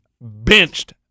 benched